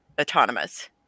autonomous